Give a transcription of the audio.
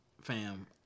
Fam